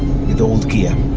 with old kia.